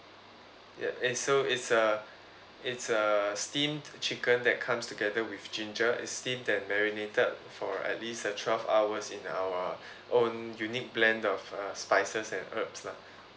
ya so it's uh it's uh steamed chicken that comes together with ginger it's steamed then marinated for at least uh twelve hours in our own unique blend of uh spices and herbs lah